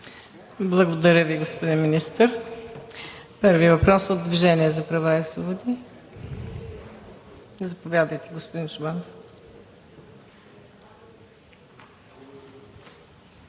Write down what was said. Благодаря Ви, господин Министър. Първи въпрос от „Движение за права и свободи“. Заповядайте, господин Чобанов